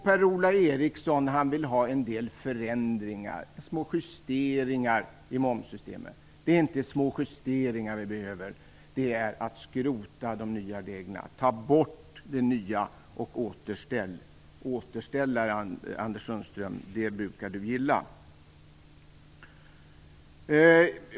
Per-Ola Eriksson vill ha en del förändringar, små justeringar, i momssystemet. Det är inte små justeringar vi behöver, utan vi behöver skrota de nya reglerna. Ta bort de nya, återställ de gamla! Återställare brukar Anders Sundström gilla.